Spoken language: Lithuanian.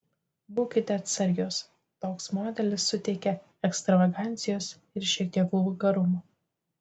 būkite atsargios toks modelis suteikia ekstravagancijos ir šiek tiek vulgarumo